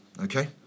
okay